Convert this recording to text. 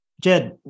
Jed